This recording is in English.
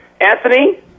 Anthony